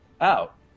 out